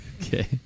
Okay